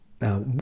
Now